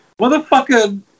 motherfucker